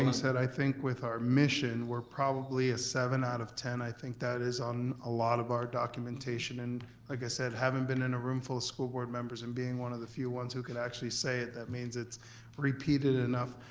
um said, i think with our mission, we're probably a seven out of ten. i think that is on a lot of our documentation and, like i said, having been in a room full of school board members and being one of the few ones who can actually say it, that means it's repeated enough.